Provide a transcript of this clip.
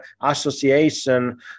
association